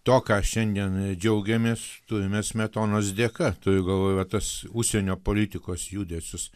to ką šiandien džiaugiamės turime smetonos dėka turiu galvoj va tas užsienio politikos judesius